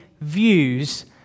views